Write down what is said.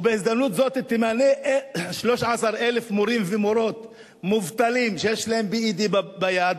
ובהזדמנות זו תמנה 13 מורים ומורות מובטלים שיש להם B.Ed ביד,